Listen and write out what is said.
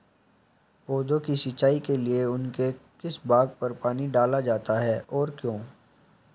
पौधों की सिंचाई के लिए उनके किस भाग पर पानी डाला जाता है और क्यों?